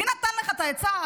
מי נתן לך את העצה,